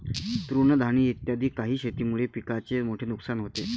तृणधानी इत्यादी काही शेतीमुळे पिकाचे मोठे नुकसान होते